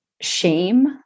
shame